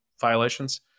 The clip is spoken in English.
violations